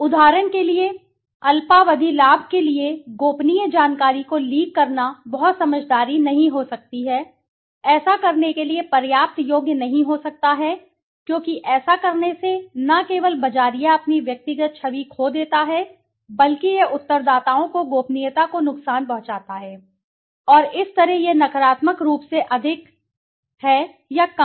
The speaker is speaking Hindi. उदाहरण के लिए अल्पावधि लाभ के लिए गोपनीय जानकारी को लीक करना बहुत समझदारी नहीं हो सकता है ऐसा करने के लिए पर्याप्त योग्य नहीं हो सकता है क्योंकि ऐसा करने से न केवल बाज़ारिया अपनी व्यक्तिगत छवि खो देता है बल्कि यह उत्तरदाताओं की गोपनीयता को नुकसान पहुँचाता है और इस तरह यह नकारात्मक रूप से अधिक है या कम